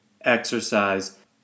exercise